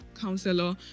Counselor